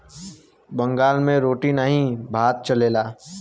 बंगाल मे रोटी नाही भात चलेला